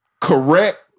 correct